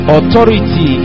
Authority